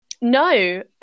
No